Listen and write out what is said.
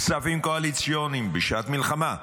כספים קואליציוניים, בשעת מלחמה,